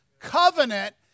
Covenant